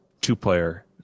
two-player